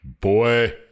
Boy